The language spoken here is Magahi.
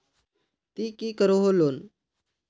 ती की करोहो लोन?